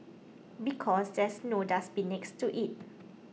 because there's no dustbin next to it